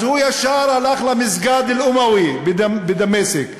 אז הוא ישר הלך למסגד אל-אומאווי בדמשק,